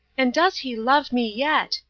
and does he love me yet!